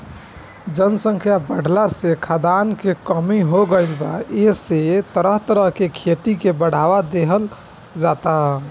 जनसंख्या बाढ़ला से खाद्यान के कमी हो गईल बा एसे एह तरह के खेती के बढ़ावा देहल जाता